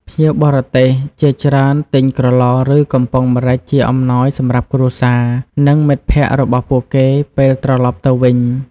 ភ្ញៀវបរទេសជាច្រើនទិញក្រឡ ឬ កំប៉ុងម្រេចជាអំណោយសម្រាប់គ្រួសារ និងមិត្តភ័ក្តិរបស់ពួកគេ ពេលត្រឡប់ទៅវិញ។